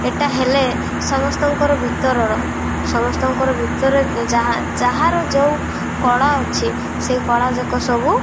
ଏଇଟା ହେଲେ ସମସ୍ତଙ୍କର ଭିତରର ସମସ୍ତଙ୍କର ଭିତରେ ଯାହା ଯାହାର ଯେଉଁ କଳା ଅଛି ସେଇ କଳା ଯାକ ସବୁ